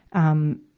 um,